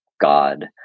God